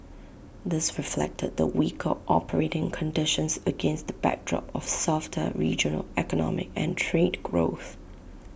this reflected the weaker operating conditions against the backdrop of softer regional economic and trade growth